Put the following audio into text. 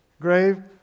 Grave